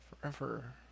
Forever